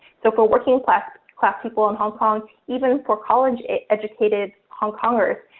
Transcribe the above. so for working class class people in hong kong, even for college educated hong kongers,